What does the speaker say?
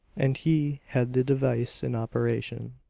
and he had the device in operation.